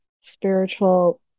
spiritual